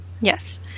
Yes